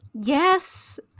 Yes